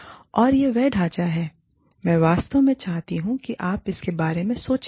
और यह वह ढाँचा है मैं वास्तव में चाहता हूँ कि आप इसके बारे में सोचें